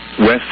west